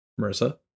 Marissa